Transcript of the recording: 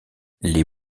les